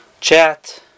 chat